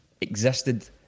existed